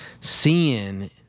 seeing